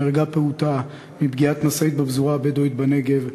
נהרגה פעוטה מפגיעת משאית בפזורה הבדואית בנגב,